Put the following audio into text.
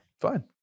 Fine